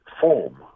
form